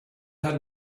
had